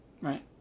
Right